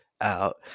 out